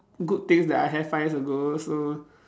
good things that I have five years ago so